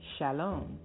Shalom